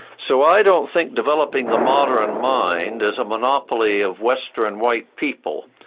so i don't think developing the modern mind is a monopoly of western white people.